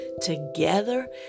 Together